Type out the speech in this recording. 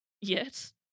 Yes